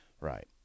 Right